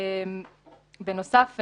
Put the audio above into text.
בנוסף,